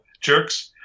jerks